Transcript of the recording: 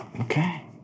Okay